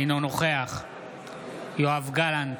אינו נוכח יואב גלנט,